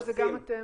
אבל זה גם אתם'.